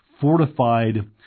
fortified